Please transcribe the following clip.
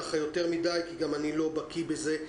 כי גם אני לא בקיא בזה,